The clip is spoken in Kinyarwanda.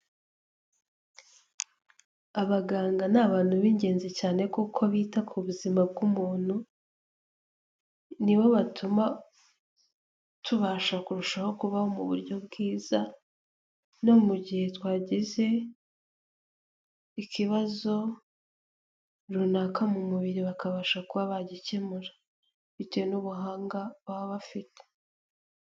Abaganga ni abantu b'ingenzi cyane kuko bita ku buzima bw'umuntu, ni bo batuma tubasha kurushaho kubaho mu buryo bwiza, no mu gihe twagize ikibazo runaka mu mubiri bakabasha kuba bagikemura. Bitewe n'ubuhanga baba bafite.